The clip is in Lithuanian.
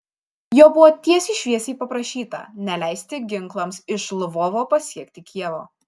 jo buvo tiesiai šviesiai paprašyta neleisti ginklams iš lvovo pasiekti kijevo